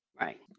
right